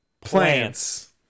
Plants